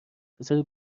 پسر